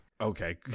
Okay